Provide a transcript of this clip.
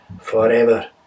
forever